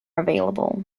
available